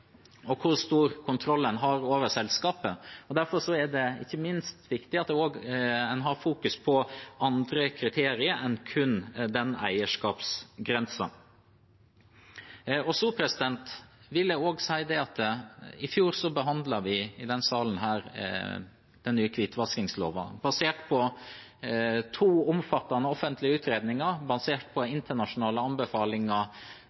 og hvor stor kontroll en har over selskapet, og derfor er det ikke minst viktig at en har andre kriterier i fokus enn kun eierskapsgrensen. Så vil jeg også si at i fjor behandlet vi i denne salen den nye hvitvaskingsloven basert på to omfattende offentlige utredninger, basert på